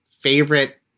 favorite